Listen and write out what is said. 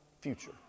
future